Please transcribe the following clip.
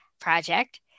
Project